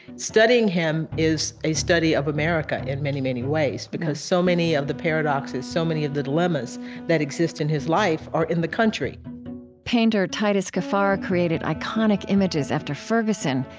studying him is a study of america in many, many ways, because so many of the paradoxes, so many of the dilemmas that exist in his life are in the country painter titus kaphar created iconic images after ferguson.